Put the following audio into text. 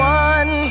one